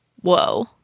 Whoa